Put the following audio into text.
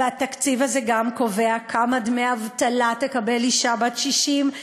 התקציב הזה גם קובע כמה דמי אבטלה תקבל אישה בת 60,